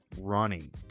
running